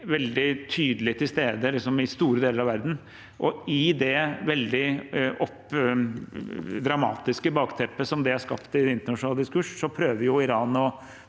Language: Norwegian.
veldig tydelig til stede i store deler av verden, og i det veldig dramatiske bakteppet som det har skapt i en internasjonal diskurs, prøver jo Iran å